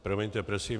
Promiňte prosím.